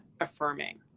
affirming